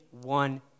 one